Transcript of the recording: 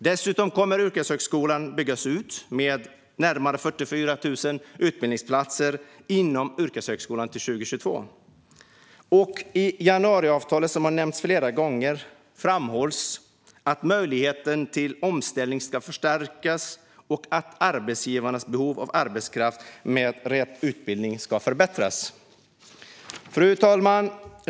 Dessutom kommer Yrkeshögskolan att byggas ut med 44 000 utbildningsplatser till 2022. I januariavtalet, som har nämnts flera gånger, framhålls att möjligheterna till omställning ska förstärkas och att arbetsgivarnas behov av arbetskraft med rätt utbildning bättre ska tillgodoses. Fru talman!